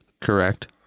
correct